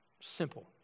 Simple